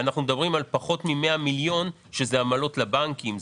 אנחנו מדברים על פחות מ-100 מיליון שזה עמלות לבנקים,